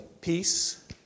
peace